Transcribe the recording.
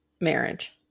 marriage